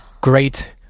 great